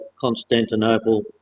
Constantinople